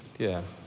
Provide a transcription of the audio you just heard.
yeah.